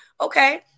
Okay